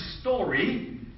story